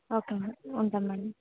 okay madam ఉంటాను madam